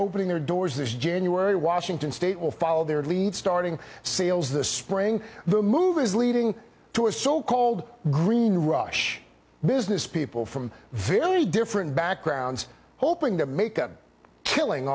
opening their doors this january washington state will follow their lead starting sales the spring the move is leading to a so called green rush business people from very different backgrounds hoping that make a killing